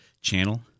channel